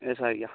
ऐसा है क्या